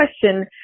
question